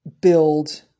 build